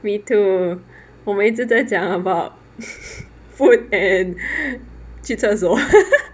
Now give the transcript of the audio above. me too 我每次在讲 about food and 去厕所